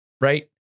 right